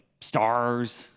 stars